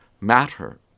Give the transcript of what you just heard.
matter